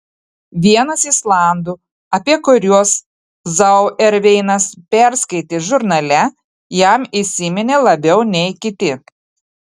vienas islandų apie kuriuos zauerveinas perskaitė žurnale jam įsiminė labiau nei kiti